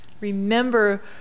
Remember